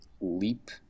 leap